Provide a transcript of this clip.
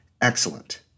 Excellent